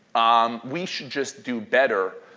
um we should just do better.